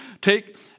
Take